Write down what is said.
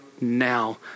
now